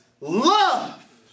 love